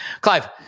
Clive